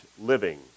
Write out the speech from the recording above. living